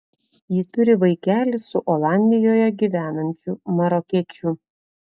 ji turi vaikelį su olandijoje gyvenančiu marokiečiu